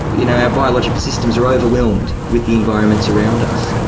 you know our biological systems are overwhelmed with the environments around us.